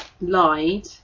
lied